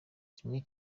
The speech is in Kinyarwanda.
kimwe